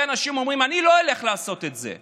אנשים אומרים: אני לא אלך לעשות את זה.